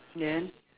yeah